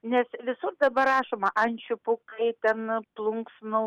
nes visur dabar rašoma ančių pūkai ten plunksnų